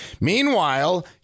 Meanwhile